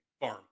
farm